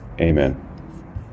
amen